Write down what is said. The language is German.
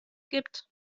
gibt